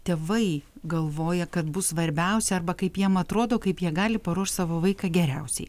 tėvai galvoja kad bus svarbiausia arba kaip jiem atrodo kaip jie gali paruošt savo vaiką geriausiai